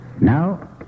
Now